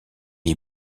est